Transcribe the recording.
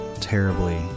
terribly